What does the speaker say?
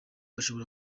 ashobora